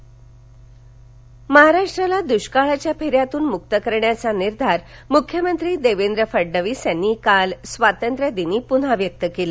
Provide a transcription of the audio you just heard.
मख्यमंत्री महाराष्ट्राला दुष्काळाच्या फेऱ्यातून मुक्त करण्याचा निर्धार मुख्यमंत्री देवेंद्र फडणवीस यांनी काल स्वातंत्र्यदिनी पुन्हा व्यक्त केला